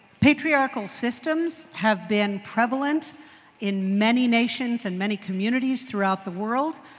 patriarchal systems have been prevalent in many nations and many communities throughout the world.